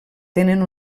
tenen